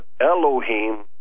Elohim